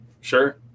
sure